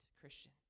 Christian